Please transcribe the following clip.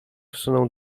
wsunął